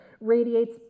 radiates